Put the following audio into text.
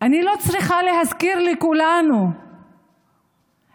אני לא צריכה להזכיר לכולנו איך